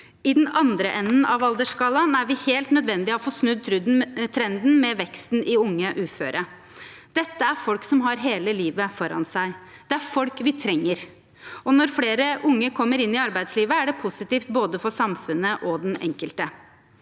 I den andre enden av aldersskalaen er det helt nødvendig å få snudd trenden med veksten i antall unge uføre. Dette er folk som har hele livet foran seg. Det er folk vi trenger. Og når flere unge kommer inn i arbeidslivet, er det positivt for både samfunnet og den enkelte.